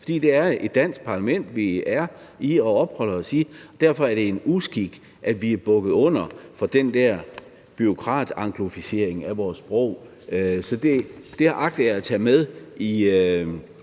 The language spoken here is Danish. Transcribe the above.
fordi det er et dansk parlament, vi er i og opholder os i. Derfor er det en uskik, at vi er bukket under for den her bureaukratangloficering af vores sprog, så det agter jeg at tage med i